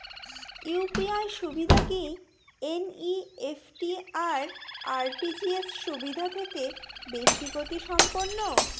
UPI সুবিধা কি NEFT আর আর.টি.জি.এস সুবিধা থেকে বেশি গতিসম্পন্ন?